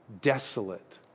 desolate